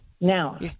Now